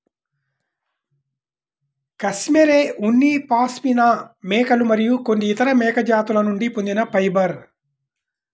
cashmere ఉన్ని పాష్మినా మేకలు మరియు కొన్ని ఇతర మేక జాతుల నుండి పొందిన ఫైబర్